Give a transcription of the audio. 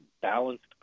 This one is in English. balanced